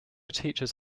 teaches